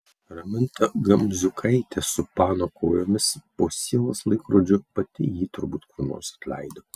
raminta gamziukaitė su pano kojomis po sielos laikrodžiu pati jį turbūt kur nors atleido